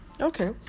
okay